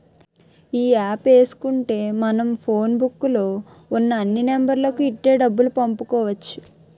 ఈ యాప్ ఏసుకుంటే మనం ఫోన్ బుక్కు లో ఉన్న అన్ని నెంబర్లకు ఇట్టే డబ్బులు పంపుకోవచ్చు